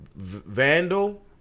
Vandal